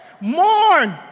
Mourn